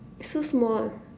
so small